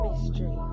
Mystery